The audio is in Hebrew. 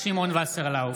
וסרלאוף,